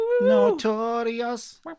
Notorious